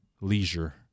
leisure